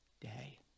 day